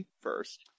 first